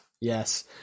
yes